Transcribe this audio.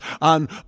on